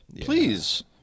Please